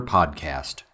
Podcast